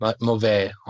mauvais